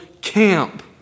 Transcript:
camp